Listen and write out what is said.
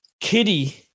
Kitty